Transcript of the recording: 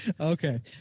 Okay